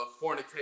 fornicate